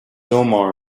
omar